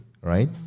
right